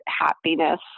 happiness